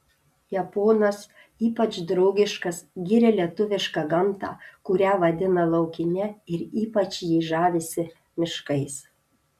japonas ypač draugiškas giria lietuvišką gamtą kurią vadina laukine ir ypač jį žavisi miškais